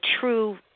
true